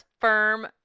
firm